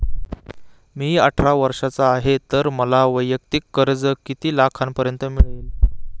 मी अठरा वर्षांचा आहे तर मला वैयक्तिक कर्ज किती लाखांपर्यंत मिळेल?